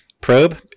probe